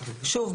שוב,